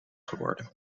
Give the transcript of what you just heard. geworden